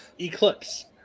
Eclipse